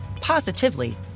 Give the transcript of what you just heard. positively